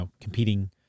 competing